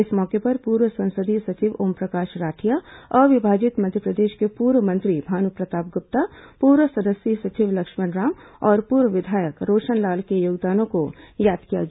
इस मौके पर पूर्व संसदीय सचिव ओमप्रकाश राठिया अविभाजित मध्यप्रदेश के पूर्व मंत्री भानुप्रताप गुप्ता पूर्व संसदीय सचिव लक्ष्मण राम और पूर्व विधायक रोशनलाल के योगदानों को याद किया गया